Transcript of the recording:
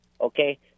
Okay